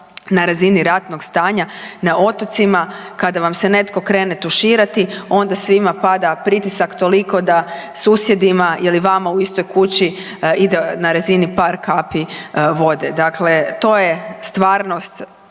na razini ratnog stanja na otocima, kada vam se netko krene tuširati onda svima pada pritisak toliko da susjedima ili vama u istoj kući ide na razini par kapi vode. Dakle, to je stvarnost